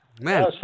Man